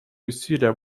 усилия